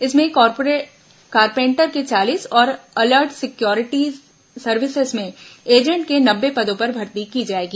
इसमें कारपेंटर के चालीस और अलर्ट सिक्योरिटी सर्विसेस में एजेंट के नब्बे पदों पर भर्ती की जाएगी